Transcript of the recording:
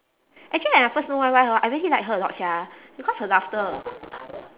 actually I at first know Y_Y hor I really like her a lot sia because her laughter